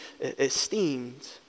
esteemed